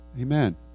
Amen